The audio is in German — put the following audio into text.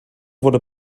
wurde